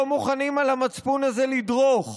לא מוכנים על המצפון הזה לדרוך.